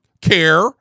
care